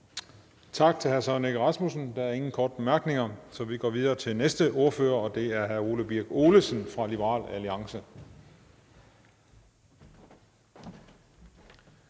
Tak til hr. Søren Egge Rasmussen. Der er ingen korte bemærkninger. Så vi går videre til den næste ordfører, og det er hr. Ole Birk Olesen fra Liberal Alliance.